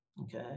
okay